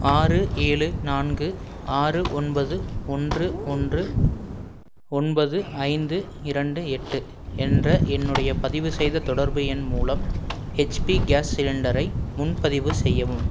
ஆறு ஏழு நான்கு ஆறு ஒன்பது ஒன்று ஒன்று ஒன்பது ஐந்து இரண்டு எட்டு என்ற என்னுடைய பதிவுசெய்த தொடர்பு எண் மூலம் ஹெச்பி கேஸ் சிலிண்டரை முன்பதிவு செய்யவும்